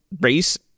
race